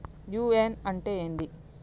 UAN అంటే ఏంది?